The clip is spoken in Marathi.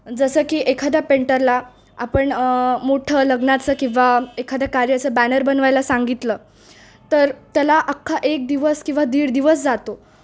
जसं की एखाद्या पेंटरला आपण मोठं लग्नाचं किंवा एखाद्या कार्याचं बॅनर बनवायला सांगितलं तर त्याला अख्खा एक दिवस किंवा दीड दिवस जातो